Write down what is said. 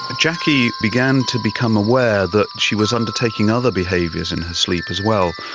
jackie began to become aware that she was undertaking other behaviours in her sleep as well.